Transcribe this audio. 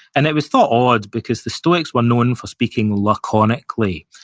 and it was thought odd because the stoics were known for speaking laconically,